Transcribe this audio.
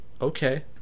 okay